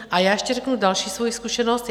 A já ještě řeknu další svoji zkušenost.